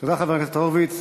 תודה, חבר הכנסת הורוביץ.